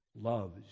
loves